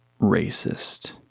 racist